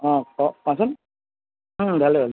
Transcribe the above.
অঁ ক' কোৱাচোন ভালেই ভালেই